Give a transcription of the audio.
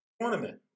tournament